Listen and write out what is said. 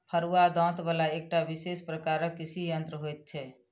फरूआ दाँत बला एकटा विशेष प्रकारक कृषि यंत्र होइत छै